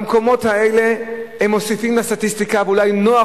במקומות האלה הם מוסיפים לסטטיסטיקה ואולי נוח